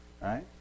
Right